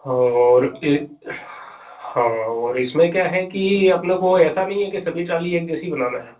हाँ और एक हाँ और इसमें क्या है कि अपने को ऐसा नहीं है कि सभी ट्राली एक जैसी बनाना है